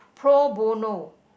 pro bono